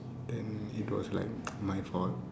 then it was like my fault